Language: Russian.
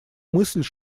мысль